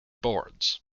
boards